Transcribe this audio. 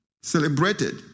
celebrated